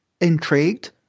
intrigued